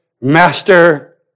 Master